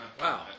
Wow